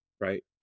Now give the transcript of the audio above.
right